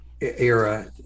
era